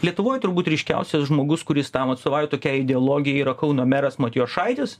lietuvoj turbūt ryškiausias žmogus kuris tam atstovauja tokiai ideologijai yra kauno meras matijošaitis